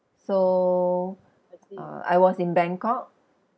so uh I was in bangkok